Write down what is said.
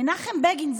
מנחם בגין,